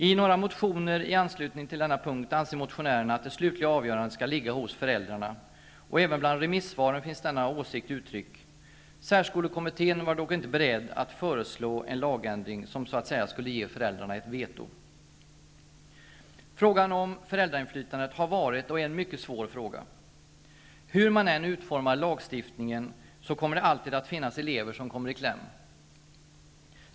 I några motioner i anslutning till denna punkt anser motionärerna att det slutliga avgörandet skall ligga hos föräldrarna. Även bland remissvaren finns denna åsikt uttryckt. Särskolekommittén var dock inte beredd att föreslå en lagändring som så att säga skulle ge föräldrarna ett veto. Frågan om föräldrainflytandet har varit och är en mycket svår fråga. Hur man än utformar lagstiftningen, kommer det alltid att finnas elever som kommer i kläm.